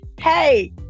Hey